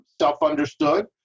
self-understood